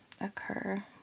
occur